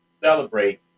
celebrate